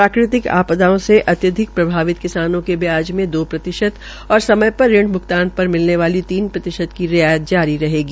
प्राकृतिक आपदाओं से अत्यिधक प्रभावित किसानों के ब्याज में दो प्रतिशत और समय पर ऋण भ्गतान पर मिलने वाली तीन प्रतिशत की रियायत जारी रहेगी